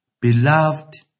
Beloved